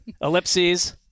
ellipses